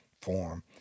form